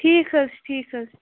ٹھیٖک حظ چھُ ٹھیٖک حظ چھُ